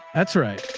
that's right.